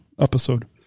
episode